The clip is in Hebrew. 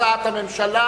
הצעת הממשלה,